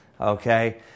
Okay